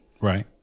Right